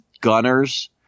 Gunner's